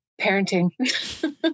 Parenting